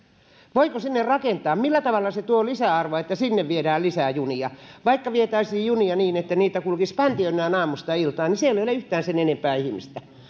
voiko sinne rakentaa millä tavalla se tuo lisäarvoa että sinne viedään lisää junia vaikka vietäisiin junia niin että niitä kulkisi päntiönään aamusta iltaan niin siellä ei ole yhtään sen enempää ihmisiä